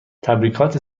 تبریکات